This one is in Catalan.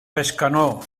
bescanó